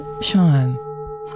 Sean